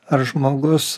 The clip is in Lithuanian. ar žmogus